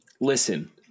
Listen